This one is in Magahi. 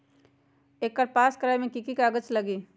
एकर पास करवावे मे की की कागज लगी?